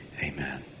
Amen